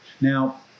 Now